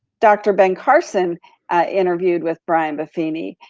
dr. ben carson interviewed with brian buffini.